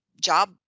job